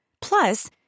Plus